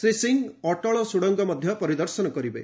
ଶ୍ରୀ ସିଂହ ଅଟଳ ସୁଡ଼ଙ୍ଗ ମଧ୍ୟ ପରିଦର୍ଶନ କରିବେ